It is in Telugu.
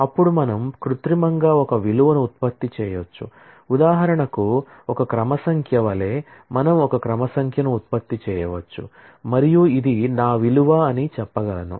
అప్పుడు మనం కృత్రిమంగా ఒక విలువను ఉత్పత్తి చేయవచ్చు ఉదాహరణకు ఒక క్రమ సంఖ్య వలె మనం ఒక క్రమ సంఖ్యను ఉత్పత్తి చేయవచ్చు మరియు ఇది నా విలువ అని చెప్పగలను